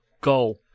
goal